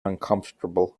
uncomfortable